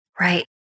Right